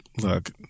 look